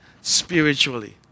spiritually